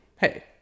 hey